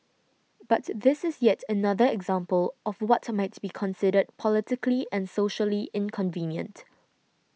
but this is yet another example of what might be considered politically and socially inconvenient